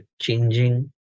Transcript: changing